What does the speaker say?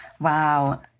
wow